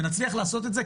ונצליח לעשות את זה,